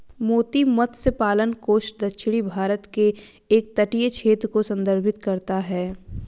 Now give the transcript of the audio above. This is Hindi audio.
मोती मत्स्य पालन कोस्ट दक्षिणी भारत के एक तटीय क्षेत्र को संदर्भित करता है